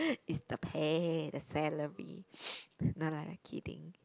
it's the pay the salary no lah kidding